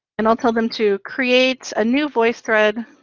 and i'll tell them to create a new voicethread